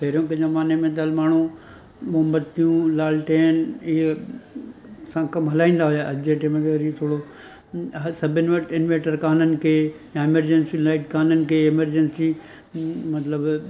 पहिरियों खे ज़माने में त हल माण्हू मोम्बतियूं लालटेन ईअं सां कमु हलाईंदा हुआ अॼु जे टाइम ते वरी थोरो सभिनि वटि इंवेटर कोन्हनि के एमरजेंसी लाइट कोन्हनि की एमरजेंसी मतिलबु